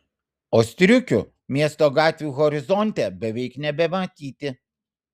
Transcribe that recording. o striukių miesto gatvių horizonte beveik nebematyti